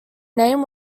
name